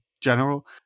general